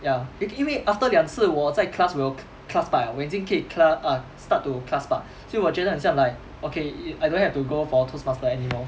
yeah 因因为 after 两次我在 class will class part liao 我已经可以 class err start to class part 所以我觉得很像 like okay I don't have to go for toastmaster anymore